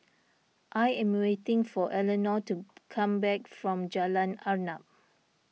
I am waiting for Eleanore to come back from Jalan Arnap